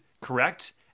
correct